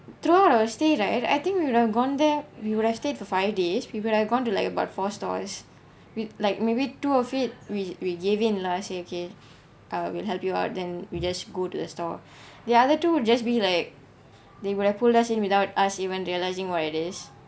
throughout our stay right I think we've gone there we would have stayed for five days we would have gone to like about four stores with like maybe two of it we we give in lah I say okay I will help you out then we just go to the store the other two we just be like they would have pulled us in without us even realizing what it is